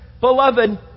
beloved